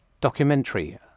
documentary